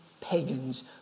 pagans